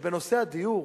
בנושא הדיור,